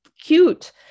cute